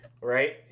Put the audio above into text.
right